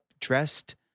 dressed